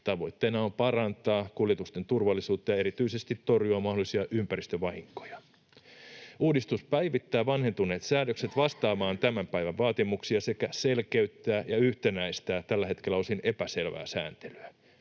Tavoitteena on parantaa kuljetusten turvallisuutta ja erityisesti torjua mahdollisia ympäristövahinkoja. Uudistus päivittää vanhentuneet säännökset vastaamaan tämän päivän vaatimuksia sekä selkeyttää ja yhtenäistää tällä hetkellä osin epäselvää sääntelyä.